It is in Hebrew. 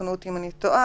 תקנו אותי אם אני טועה.